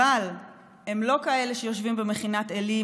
אבל הם לא כאלה שיושבים במכינת עלי,